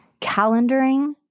calendaring